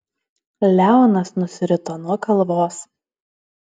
leonas nusirito nuo kalvos